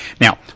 Now